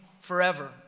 forever